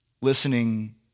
listening